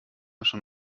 schon